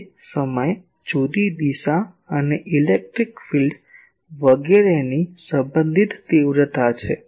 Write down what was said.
તે સમય જુદી દિશા અને ઇલેક્ટ્રિક ફીલ્ડ સદિશની સંબંધિત તીવ્રતા છે